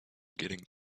getting